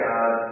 God